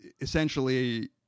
essentially